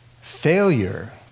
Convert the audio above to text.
failure